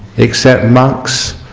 except monks,